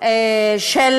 של